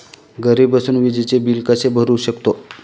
घरी बसून विजेचे बिल कसे भरू शकतो?